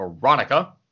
Veronica